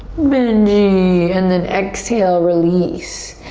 benji! and then exhale, release.